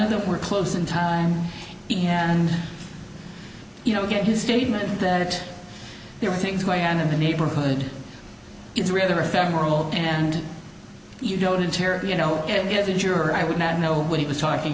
of them were close in time and you know get his statement that there were things going on in the neighborhood gets rid of or ephemeral and you don't hear you know get a juror i would not know what he was talking